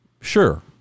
Sure